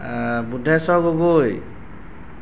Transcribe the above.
Budheswar Gogoi